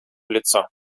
лицо